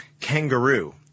Kangaroo